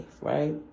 right